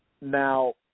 Now